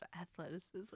athleticism